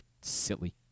silly